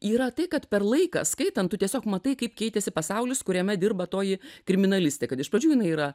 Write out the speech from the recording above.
yra tai kad per laiką skaitant tu tiesiog matai kaip keitėsi pasaulis kuriame dirba toji kriminalistė kad iš pradžių jinai yra